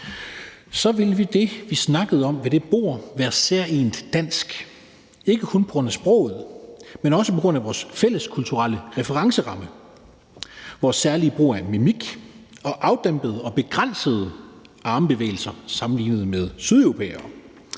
os alle sammen – vi snakker om ved det bord være særegent dansk, ikke kun på grund af sproget, men også på grund af vores fælles kulturelle referenceramme, vores særlige brug af mimik og afdæmpede og begrænsede armbevægelser sammenlignet med sydeuropæere.